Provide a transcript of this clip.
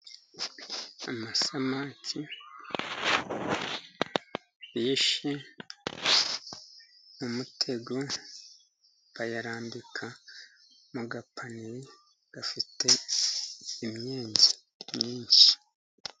Amasamaki yishe mu mutego, bayarambika mu gapaniye gafite imyenge myinshi.